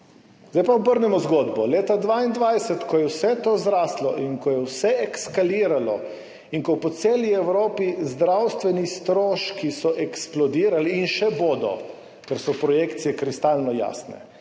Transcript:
Zdaj pa obrnemo zgodbo. Leta 2022, ko je vse to zraslo in ko je vse eskaliralo in ko so po celi Evropi zdravstveni stroški eksplodirali in še bodo – ker so projekcije kristalno jasne,